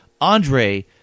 Andre